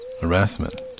Harassment